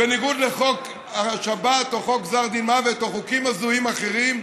בניגוד לחוק השבת או חוק גזר דין מוות או חוקים הזויים אחרים,